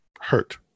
hurt